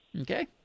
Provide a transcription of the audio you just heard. Okay